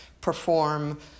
perform